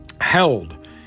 held